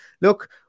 look